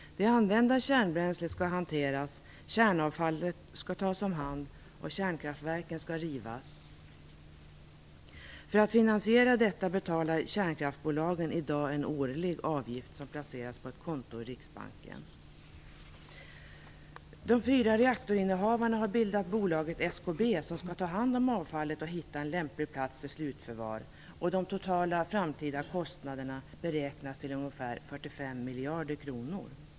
Det använda kärnbränslet skall hanteras, kärnavfallet skall tas om hand om kärnkraftverken skall rivas. För att finansiera detta betalar kärnkraftsbolagen i dag en årlig avgift som placeras på ett konto i Riksbanken. De fyra reaktorinnehavarna har bildat bolaget SKB, som skall ta hand om avfallet och hitta en lämplig plats för slutförvaring. De totala framtida kostnaderna beräknas till ungefär 45 miljarder kronor.